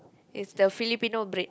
is the Filipino bread